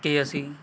ਕਿ ਅਸੀਂ